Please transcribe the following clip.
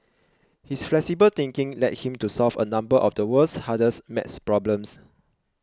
his flexible thinking led him to solve a number of the world's hardest math problems